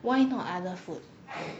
why not other food